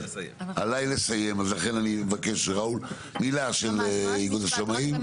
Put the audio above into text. לסיים, אז לכן אני מבקש, מילה של איגוד השמאים.